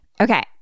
Okay